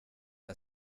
the